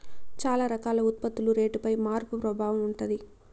చాలా రకాల ఉత్పత్తుల రేటుపై మార్పు ప్రభావం ఉంటది